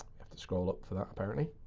had to scroll up for that apparently